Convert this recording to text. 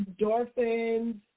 endorphins